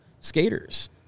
skaters